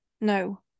no